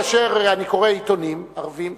כאשר אני קורא עיתונים ערביים,